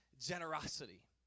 generosity